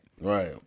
Right